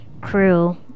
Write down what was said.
crew